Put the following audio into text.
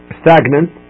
stagnant